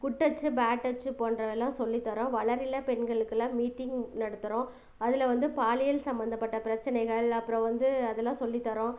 good touch bad touch போன்றதெல்லாம் சொல்லி தரோம் வளரில்லா பெண்களுக்குலாம் மீட்டிங் நடத்துகிறோம் அதில் வந்து பாலியல் சம்மந்தப்பட்ட பிரச்சனைகள் அப்புறம் வந்து அதெலாம் சொல்லி தரோம்